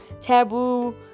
taboo